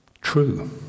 true